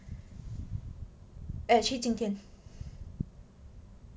actually 今天